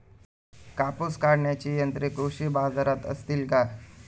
कापूस काढण्याची यंत्रे कृषी बाजारात असतील का?